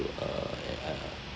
uh